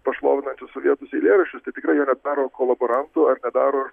pašlovinančius sovietus eilėraščius tai tikrai yra per kolaborantų ar nedaro